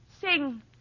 Sing